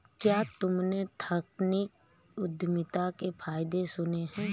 क्या तुमने एथनिक उद्यमिता के फायदे सुने हैं?